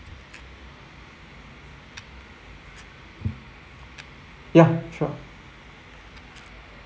ya sure